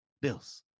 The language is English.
bills